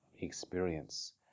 experience